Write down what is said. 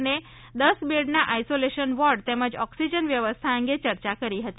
અને દસ બેડનાં આઈસોલેશન વોર્ડ તેમજ ઓક્સિજન વ્યવસ્થા અંગે ચર્ચા કરી હતી